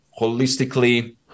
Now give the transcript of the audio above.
holistically